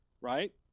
Right